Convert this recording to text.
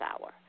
hour